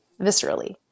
viscerally